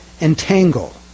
entangle